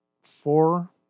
four